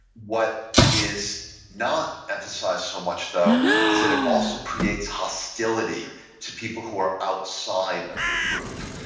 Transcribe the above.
what is not emphasized so much though is that it also creates hostility to people who are outside of your group.